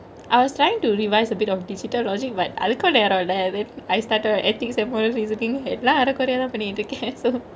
I was tryingk to revise a bit of digital logic but அதுக்கு நேரொ இல்ல:athuku naero ille then I start on ethics and morals எல்லா அரெகொரையாதா பன்னிகிட்டு இருக்கெ:ella arekoraiyathaa pannitu irukke so